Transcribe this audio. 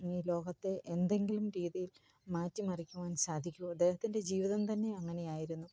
ഈ ലോകത്തെ എന്തെങ്കിലും രീതിയിൽ മാറ്റി മറിക്കുവാൻ സാധിക്കു അദ്ദേഹത്തിൻ്റെ ജീവിതം തന്നെ അങ്ങനെ ആയിരുന്നു